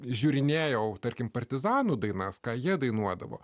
žiūrinėjau tarkim partizanų dainas ką jie dainuodavo